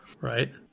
Right